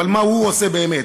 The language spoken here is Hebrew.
אבל מה הוא עושה באמת?